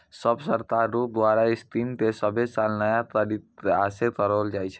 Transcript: सब सरकार रो द्वारा स्कीम के सभे साल नया तरीकासे करलो जाए छै